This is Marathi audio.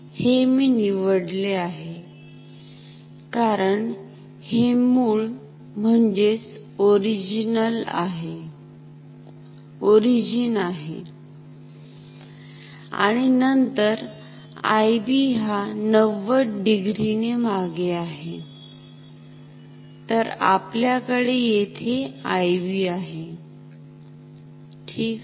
हे मी निवडले आहे कारण हे मूळ ओरिजिन आहे आणि नंतर IB हा 90 डिग्री ने मागे आहे तर आपल्याकडे यथे IB आहे ठीक आहे